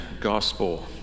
gospel